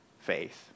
faith